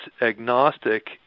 agnostic